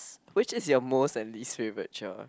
which is your most and least favourite chore